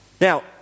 Now